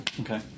Okay